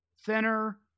thinner